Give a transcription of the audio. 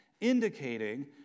indicating